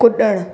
कुॾणु